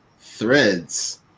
threads